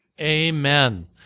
Amen